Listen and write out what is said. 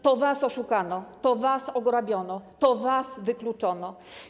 To was oszukano, to was ograbiono, to was wykluczono.